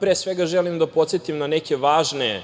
pre svega želim da podsetim na neke važne